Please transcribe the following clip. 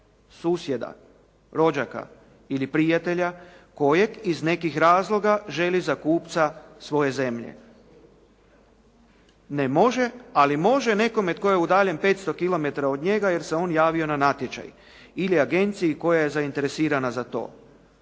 Susjeda, rođaka ili prijatelja kojeg iz nekih razloga želi za kupca svoje zemlje. Ne može, ali može nekome tko je udaljen 500 kilometara od njega jer se on javio na natječaj ili agenciji koja je zainteresirana za to.